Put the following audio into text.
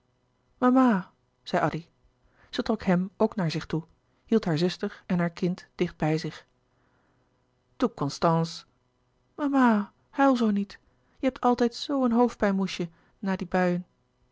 zij trok hem ook naar zich toe hield haar zuster en haar kind dicht bij zich toe constance mama huil zoo niet je hebt altijd zoo een hoofdpijn moesje na die buien